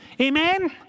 Amen